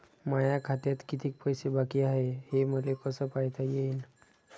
माया खात्यात किती पैसे बाकी हाय, हे मले कस पायता येईन?